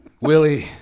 Willie